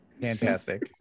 fantastic